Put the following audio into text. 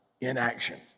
inaction